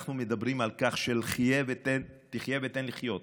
וכשאנחנו מדברים על כך שתחיה ותן לחיות